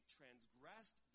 transgressed